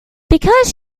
because